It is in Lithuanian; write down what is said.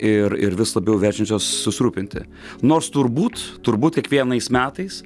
ir ir vis labiau verčiančios susirūpinti nors turbūt turbūt kiekvienais metais